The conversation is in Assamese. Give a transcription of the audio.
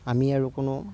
আমি আৰু কোনো